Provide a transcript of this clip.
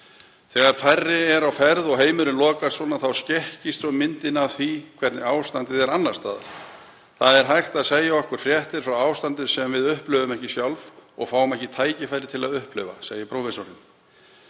„Þegar færri eru á ferð og heimurinn lokast svona, þá skekkist svo mikið myndin af því hvernig ástandið er annars staðar. Það er hægt að segja okkur fréttir frá ástandi sem við upplifum þá ekki sjálf og fáum ekki tækifæri til þess að upplifa,““ segir prófessorinn.